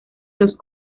los